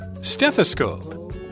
stethoscope